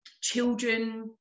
children